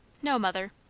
no, mother.